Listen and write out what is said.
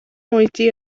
oedi